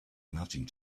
nothing